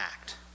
act